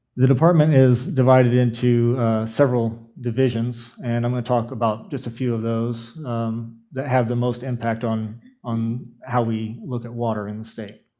the department is divided into several divisions, and i'm going to talk about just a few of those that have the most impact on on how we look at water in the state.